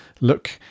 look